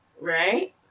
Right